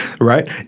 right